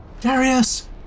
Darius